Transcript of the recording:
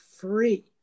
free